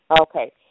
Okay